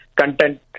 content